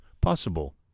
possible